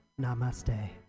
Namaste